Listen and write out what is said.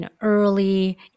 early